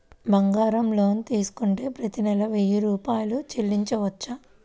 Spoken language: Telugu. బంగారం లోన్ తీసుకుంటే ప్రతి నెల వెయ్యి రూపాయలు చెల్లించవచ్చా?